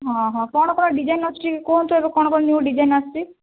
ହଁ ହଁ କ'ଣ କ'ଣ ଡିଜାଇନ୍ ଅଛି ଟିକେ କୁହନ୍ତୁ ଏବେ କ'ଣ କ'ଣ ନ୍ୟୁ ଡିଜାଇନ୍ ଆସିଛି